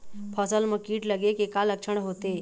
फसल म कीट लगे के का लक्षण होथे?